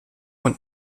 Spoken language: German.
und